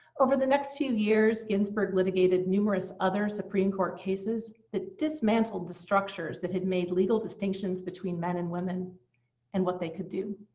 over the next few years, ginsburg litigated numerous other supreme court cases that dismantled the structures that had made legal distinctions between men and women and what they could do.